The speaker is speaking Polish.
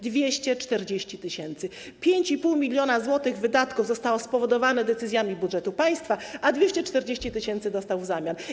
240 tys. 5,5 mln zł wydatków zostało spowodowanych decyzjami budżetu państwa, a 240 tys. dostał w zamian.